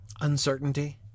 uncertainty